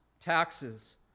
taxes